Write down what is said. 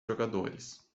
jogadores